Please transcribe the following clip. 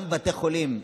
גם בתי חולים,